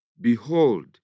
Behold